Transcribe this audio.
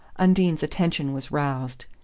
undine's attention was roused.